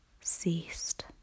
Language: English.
ceased